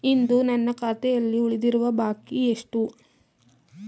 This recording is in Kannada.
ಇಂದು ನನ್ನ ಖಾತೆಯಲ್ಲಿ ಉಳಿದಿರುವ ಬಾಕಿ ಎಷ್ಟು?